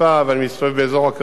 ואני מסתובב באזור הקריות,